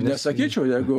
nesakyčiau jeigu